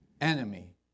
enemy